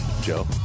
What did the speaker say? Joe